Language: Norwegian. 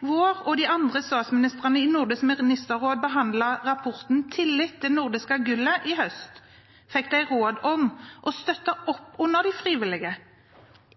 vår og de andre statsministrene i Nordisk ministerråd behandlet rapporten «Tillit – det nordiske gullet» i høst, fikk de råd om å støtte opp om de frivillige.